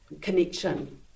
connection